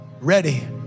ready